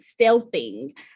stealthing